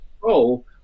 control